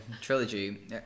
trilogy